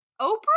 Oprah